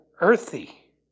earthy